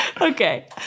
Okay